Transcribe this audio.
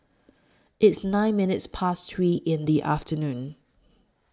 its nine minutes Past three in The afternoon